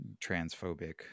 transphobic